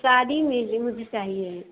शादी में ही मुझे चाहिए